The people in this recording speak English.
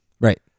right